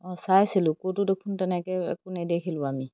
অঁ চাইচিলোঁ ক'তো দেখোন তেনেকৈ একো নেদেখিলোঁ আমি